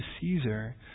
Caesar